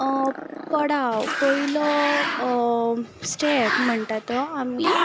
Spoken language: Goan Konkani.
पयलो पडाव पयलो स्टेप म्हणटा तो आमी